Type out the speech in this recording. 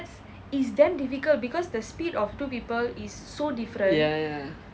ya ya